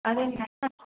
अरे न